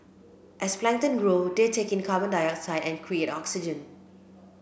as plankton grow they take in carbon dioxide and create oxygen